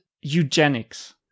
eugenics